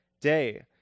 day